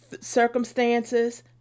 circumstances